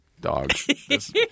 dogs